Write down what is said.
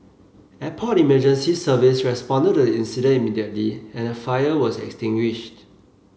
Airport Emergency Service responded to the incident immediately and the fire was extinguished